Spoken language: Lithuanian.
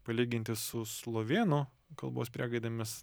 palyginti su slovėnų kalbos priegaidėmis